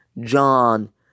John